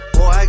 Boy